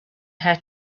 her